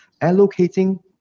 allocating